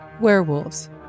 Werewolves